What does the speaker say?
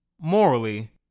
morally